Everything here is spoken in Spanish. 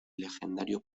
legendario